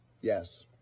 Yes